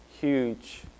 huge